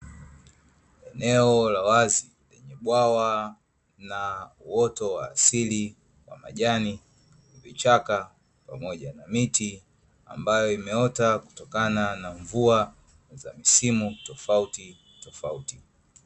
Eneo la wazi lenye bwawa na uoto wa asili wa majani, vichaka pamoja na miti, ambayo imeota kutokana na mvua za msimu tofautitofauti.